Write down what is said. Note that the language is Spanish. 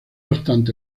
obstante